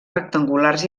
rectangulars